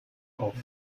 auf